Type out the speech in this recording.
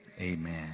Amen